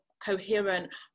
coherent